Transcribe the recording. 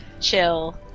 chill